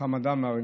חמד עמאר,